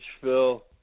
Phil